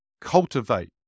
cultivate